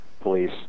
police